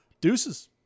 deuces